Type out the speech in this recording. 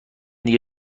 دیگه